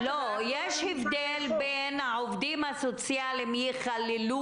יש הבדל בין זה שהעובדים הסוציאליים ייכללו